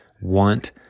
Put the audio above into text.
want